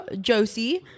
josie